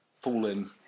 fallen